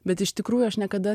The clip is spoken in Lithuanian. bet iš tikrųjų aš niekada